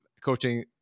Coaching